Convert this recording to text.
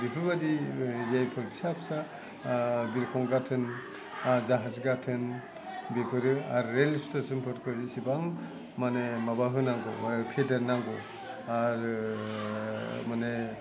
बेफोरबायदि जायफोर फिसा फिसा बिरखं गाथोन जाहाज गाथोन बेफोरो आरो रेल स्टेसनफोरफोर जेसेबां माने माबा होनांगौ फेदेरनांगौ आरो माने